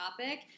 topic